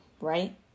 right